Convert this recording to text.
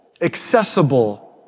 accessible